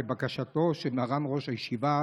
כבקשתו של מרן ראש הישיבה,